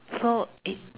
so it